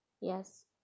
Yes